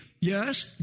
Yes